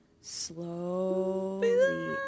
slowly